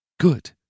Good